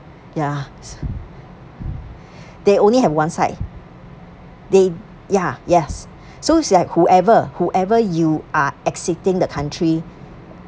ya so they only have one side they ya yes so it's like whoever whoever you are exiting the country